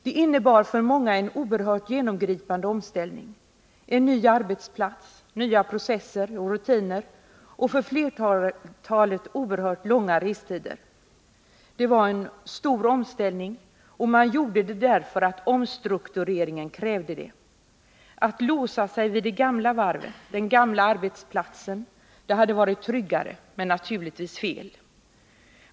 Det innebär för många en oerhört genomgripande omställning: en ny arbetsplats, nya processer och rutiner och för flertalet oerhört långa restider. Det var en stor omställning, och man gjorde den därför att omstruktureringen krävde det. Att låsa sig vid det gamla varvet, den gamla arbetsplatsen, hade varit tryggare men naturligtvis fel.